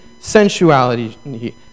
sensuality